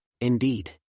Indeed